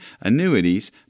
annuities